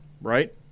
right